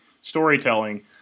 storytelling